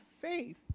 faith